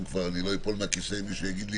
היום לא אפול מן הכיסא אם מישהו יגיד לי